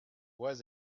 was